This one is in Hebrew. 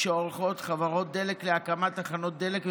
שעורכות חברות דלק להקמת תחנות דלק,